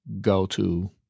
go-to